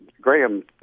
Graham